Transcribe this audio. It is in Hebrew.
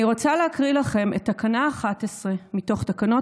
אני רוצה להקריא לכם את תקנה 11 מתוך תקנות